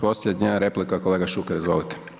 Posljednja replika, kolega Šuker, izvolite.